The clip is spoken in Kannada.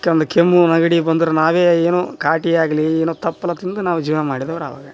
ಮತ್ತೆ ಒಂದು ಕೆಮ್ಮು ನೆಗಡಿ ಬಂದರೆ ನಾವೇ ಏನೋ ಕಾಟಿಯಾಗಲಿ ಏನೋ ತಪ್ಲ ತಿಂದು ನಾವು ಜೀವನ ಮಾಡಿದವ್ರು ಆವಾಗ